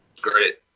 Great